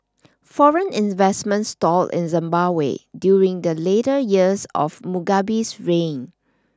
foreign investment stalled in Zimbabwe during the later years of Mugabe's reign